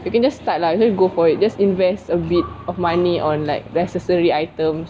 you can just start lah you just go for it just invest a bit of money on like necessary items